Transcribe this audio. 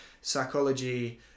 psychology